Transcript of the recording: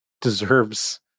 deserves